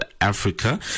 Africa